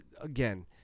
again